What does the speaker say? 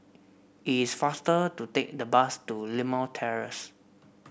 it is faster to take the bus to Limau Terrace